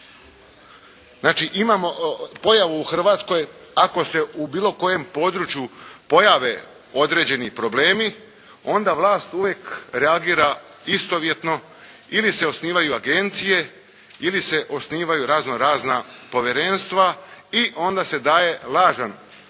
Znači imamo pojavu u Hrvatskoj ako se u bilo kojem području pojave određeni problemi onda vlast uvijek reagira istovjetno. Ili se osnivaju agencije ili se osnivaju raznorazna povjerenstva i onda se daje lažan.